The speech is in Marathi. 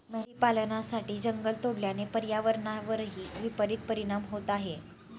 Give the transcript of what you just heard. मेंढी पालनासाठी जंगल तोडल्याने पर्यावरणावरही विपरित परिणाम होत आहे